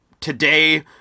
Today